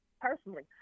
personally